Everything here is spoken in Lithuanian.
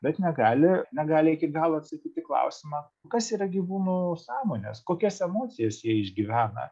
bet negali negali iki galo atsakyti į klausimą kas yra gyvūnų sąmonės kokias emocijas jie išgyvena